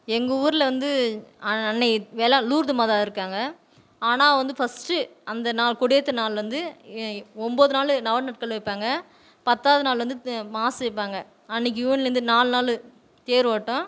எங்கள் ஊரில் வந்து அன்னை வேளார் லூர்து மாதா இருக்காங்க ஆனால் வந்து ஃபஸ்ட் அந்த நாள் கொடியேற்றின நாள்லருந்து ஒம்பது நாள் நவநாட்கள் வைப்பாங்க பத்தாவது நாள் வந்து மாஸ் வைப்பாங்க அன்றைக்கி யுவன்லேந்து நாலு நாள் தேரோட்டம்